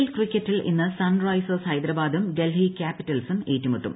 L ക്രിക്കറ്റിൽ ഇന്ന് Sunrisers ഹൈദരാബാദും ഡൽഹി ക്യാപിറ്റൽസും ഏറ്റുമുട്ടും